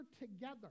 together